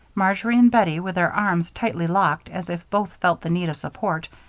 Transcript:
marjory and bettie with their arms tightly locked, as if both felt the need of support,